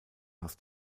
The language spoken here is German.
hast